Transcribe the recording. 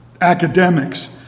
academics